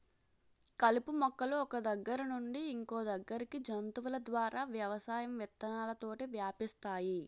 కలుపు మొక్కలు ఒక్క దగ్గర నుండి ఇంకొదగ్గరికి జంతువుల ద్వారా వ్యవసాయం విత్తనాలతోటి వ్యాపిస్తాయి